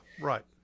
right